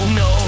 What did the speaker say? no